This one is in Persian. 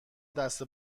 دست